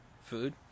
Food